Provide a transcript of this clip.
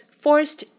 forced